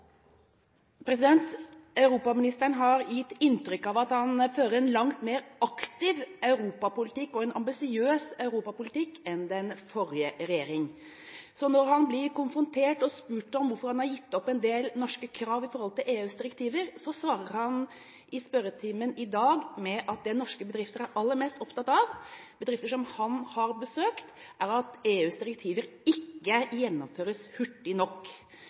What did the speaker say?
til europaministeren. Europaministeren har gitt inntrykk av at han fører en langt mer aktiv og mer ambisiøs europapolitikk enn den forrige regjeringa. Når han blir konfrontert med hvorfor han har gitt opp en del norske krav knyttet til EUs direktiver, svarer han i spørretimen i dag at det norske bedrifter er aller mest opptatt av, bedrifter som han har besøkt, er at EUs direktiver ikke gjennomføres hurtig nok.